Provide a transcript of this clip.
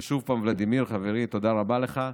ועוד פעם, ולדימיר, חברי, תודה רבה לך.